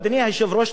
אדוני היושב-ראש,